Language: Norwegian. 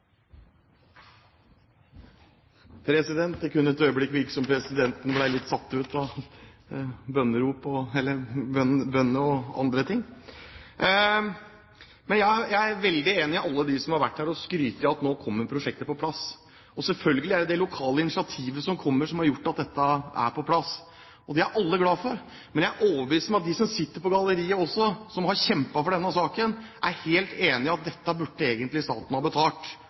veldig enig med alle dem som har vært her og skrytt av at nå kommer prosjektet på plass. Selvfølgelig er det det lokale initiativet her som har gjort at dette er på plass. Det er alle glad for, men jeg er overbevist om at de som sitter på galleriet, og som har kjempet for denne saken, er helt enig i at dette burde egentlig staten ha betalt